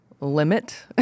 limit